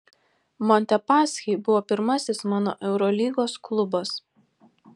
montepaschi buvo pirmasis mano eurolygos klubas